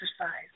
exercise